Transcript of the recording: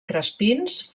crespins